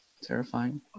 Terrifying